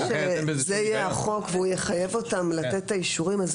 ברגע שזה יהיה החוק והוא יחייב אותם לתת את האישורים,